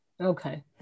okay